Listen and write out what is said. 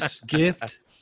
gift